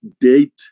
date